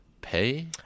pay